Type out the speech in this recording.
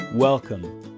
Welcome